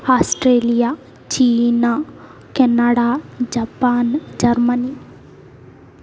Australia China Canada Japan Germany